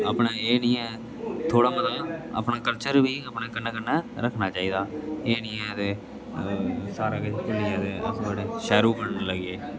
अपना एह् नी ऐ थोह्ड़ा मता अपना कल्चर बी अपने कन्नै कन्नै रक्खना चाहिदा एह् नी ऐ ते सारा किश भुल्लियै ते अस बड़े शैह्रू बनन लगे